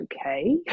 okay